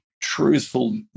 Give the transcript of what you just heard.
truthful